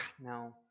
No